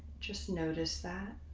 just notice that